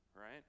Right